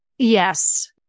Yes